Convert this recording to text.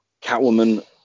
catwoman